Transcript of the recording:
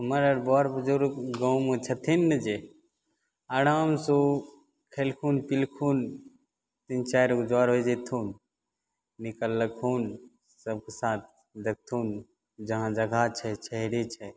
हमर आओर बर बुजुर्ग गाँवमे छथिन ने जे आरामसँ उ खेलखुन पिलखुन तीन चारि गो जरे जेथुन निकलखुन सबके साथ देखथुन जहाँ जगह छै छाहरि छै